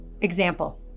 example